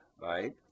right